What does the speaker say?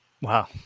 Wow